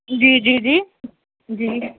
جی جی جی جی